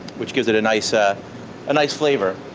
which gives it a nice ah ah nice flavor.